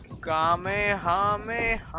gras main home a